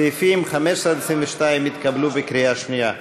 סעיפים 15 22 התקבלו בקריאה שנייה.